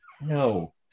No